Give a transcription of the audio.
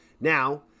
Now